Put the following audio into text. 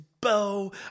bow